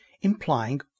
implying